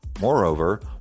Moreover